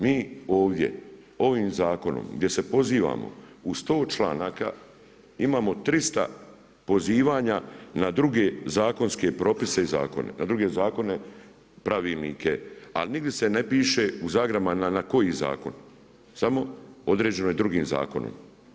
Mi ovdje ovim zakonom gdje se pozivamo u 100 članaka imamo 300 pozivanja na druge zakonske propise i zakone, na druge zakone, pravilnike ali nigdje se ne piše u zagradama na koji zakon, samo određeno je drugim zakonom.